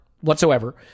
whatsoever